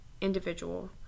individual